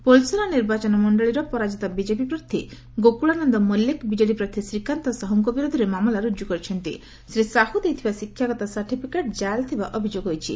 ପୋଲସରା ନିର୍ବାଚନ ମ ବିଜେପି ପ୍ରାର୍ଥୀ ଗୋକୁଳାନନ୍ଦ ମଲ୍କିକ ବିଜେଡି ପ୍ରାର୍ଥୀ ଶ୍ରୀକାନ୍ତ ସାହୁଙ୍କ ବିରୋଧରେ ମାମଲା ରୁଜୁ କରିଛନ୍ତି ଶ୍ରୀ ସାହୁ ଦେଇଥିବା ଶିକ୍ଷାଗତ ସାର୍ଟିଫିକେଟ ଜାଲ୍ ଥିବା ଅଭିଯୋଗ ହୋଇଛି